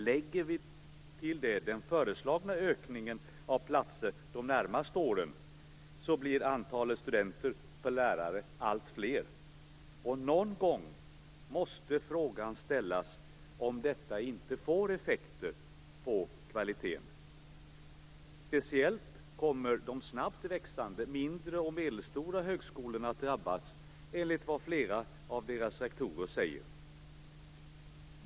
Lägger vi till detta den föreslagna ökningen av antalet platser de närmaste åren blir antalet studenter per lärare alltfler. Någon gång måste frågan ställas om detta inte får effekter på kvaliteten. Speciellt kommer de snabbt växande mindre och medelstora högskolorna att drabbas enligt vad flera av deras rektorer säger.